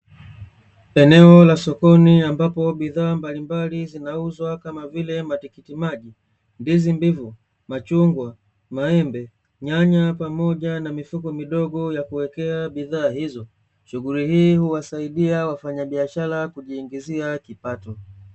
Eneo la sokoni ambapo bidhaa mbalimbali zinauzwa kama vile matikiti maji, ndizi mbivu, machungwa, maembe, nyanya pamoja na mifuko midogo ya kuwekea bidhaa hizo, shughuli hii huwasaidia wafanyabiashara kujiingizia kipato.